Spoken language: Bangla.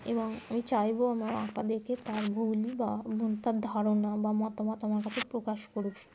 এবং আমি চাইব আমার আঁকা দেখে তার ভুল বা এবং তার ধারণা বা মতামত আমার কাছে প্রকাশ করুক সে